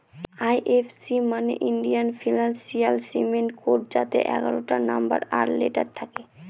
IFC মানে Indian financial system code যাতে এগারোটা নম্বর আর লেটার থাকে